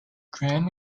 graham